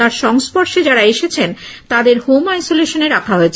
তাঁর সংস্পর্শে যারা এসেছেন তাদের হোম আইসোলেশনে রাখা হয়েছে